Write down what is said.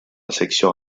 section